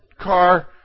car